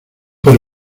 por